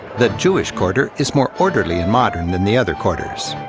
the jewish quarter is more orderly and modern than the other quarters.